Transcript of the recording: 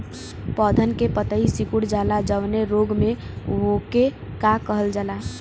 पौधन के पतयी सीकुड़ जाला जवने रोग में वोके का कहल जाला?